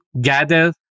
gather